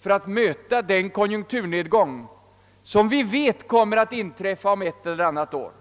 för att möta den konjunkturnedgång, som vi vet kommer att inträffa om ett eller annat år?